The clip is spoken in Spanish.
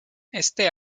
este